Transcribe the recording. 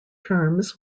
terms